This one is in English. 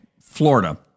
florida